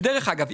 דרך אגב,